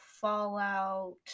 Fallout